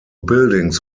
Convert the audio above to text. buildings